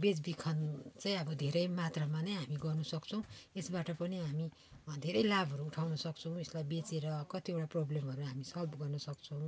बेचबिखन चाहिँ अब धेरै मात्रमा नै हामी गर्नु सक्छौँ यसबाट पनि हामी धेरै लाभहरू उठाउनु सक्छौँ यसलाई बेचेर कतिवटा प्रब्लमहरू हामी सल्भ गर्नु सक्छौँ